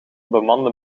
bemande